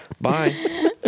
Bye